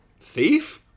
thief